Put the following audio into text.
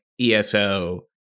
ESO